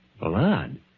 Blood